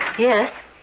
Yes